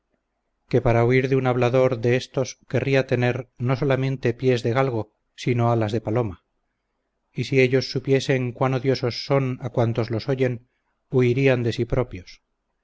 que para huir de un hablador de estos querría tener no solamente pies de galgo sino alas de paloma y si ellos supiesen cuán odiosos son a cuantos los oyen huirían de sí propios